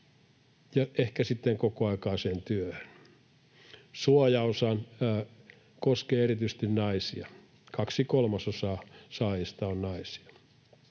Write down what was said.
ehkä sitten kokoaikaiseen työhön. Suojaosa koskee erityisesti naisia, kaksi kolmasosaa saajista on naisia.